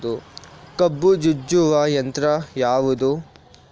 ಕಬ್ಬು ಜಜ್ಜುವ ಯಂತ್ರ ಯಾವುದು?